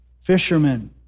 fishermen